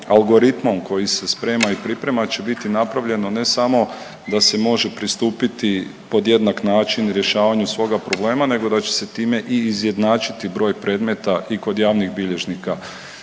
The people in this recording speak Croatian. algoritmom koji se sprema i priprema će biti napravljeno ne samo da se može pristupiti pod jedak način rješavanju svoga problema nego da će se time i izjednačiti broj predmeta i kod javnih bilježnika.